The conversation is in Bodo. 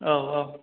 औ औ